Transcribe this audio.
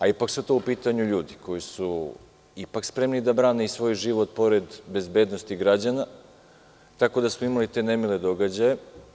Ipak su tu u pitanju ljudi koji su spremni da brane svoj život, pored bezbednosti građana, tako da smo imali te nemile događaje.